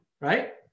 right